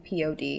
POD